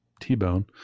T-bone